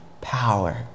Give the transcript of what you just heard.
power